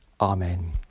Amen